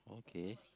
okay